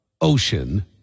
ocean